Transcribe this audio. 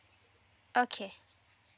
okay